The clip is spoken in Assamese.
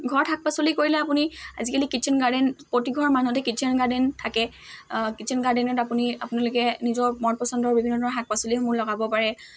ঘৰত শাক পাচলি কৰিলে আপুনি আজিকালি কিটচেন গাৰ্ডেন প্ৰতিঘৰৰ মানুহতে কিটচেন গাৰ্ডেন থাকে কিটচেন গাৰ্ডেনত আপুনি আপোনালোকে নিজৰ মন পচন্দৰ বিভিন্ন ধৰণৰ শাক পাচলিসমূহ লগাব পাৰে